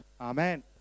Amen